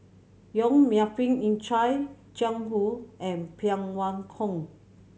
Yong Melvin Yik Chye Jiang Hu and Phan Wait Hong